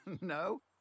No